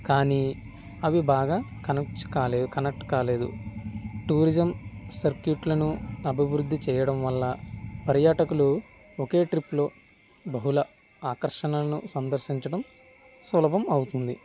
కానీ అవి బాగా కనెక్ట్ కాలేదు కనెక్ట్ కాలేదు టూరిజం సర్క్యూట్లను అభివృద్ధి చేయడం వల్ల పర్యాటకులు ఒకే ట్రిప్లో బహుళ ఆకర్షణలను సందర్శించడం సులభం అవుతుంది